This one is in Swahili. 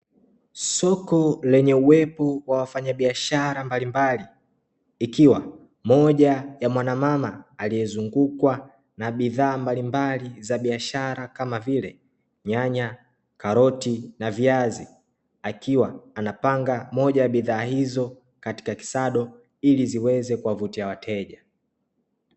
Soko lenye uwepo wa wafanyabiashara mbalimbali ikiwa moja ya mwanamama aliyezungukwa na bidhaa mbalimbali za biashara kama vile nyanya, karoti na viazi akiwa anapanga moja ya bidhaa hizo katika kisado ili ziweze kuwavutia wateja.